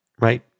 right